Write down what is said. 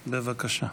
בבקשה.